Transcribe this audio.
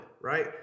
Right